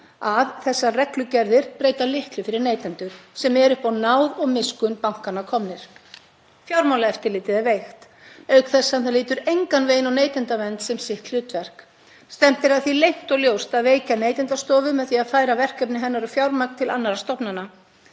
að þessar reglugerðir breyta litlu fyrir neytendur sem eru upp á náð og miskunn bankanna komnir. Fjármálaeftirlitið er veikt, auk þess sem það lítur engan veginn á neytendavernd sem sitt hlutverk. Stefnt er að því leynt og ljóst að veikja Neytendastofu með því að færa verkefni hennar og fjármagn til annarra stofnana.